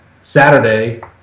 Saturday